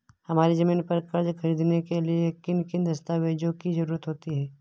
हमारी ज़मीन पर कर्ज ख़रीदने के लिए किन किन दस्तावेजों की जरूरत होती है?